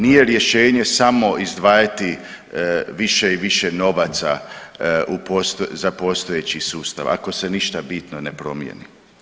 Nije rješenje samo izdvajati više i više novaca za postojeći sustav ako se ništa bitno ne promijeni.